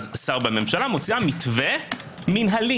אז שר בממשלה מוציאה מתווה מינהלי.